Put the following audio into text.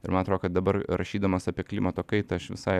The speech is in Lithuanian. ir man atro kad dabar rašydamas apie klimato kaitą aš visai